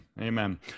Amen